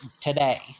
today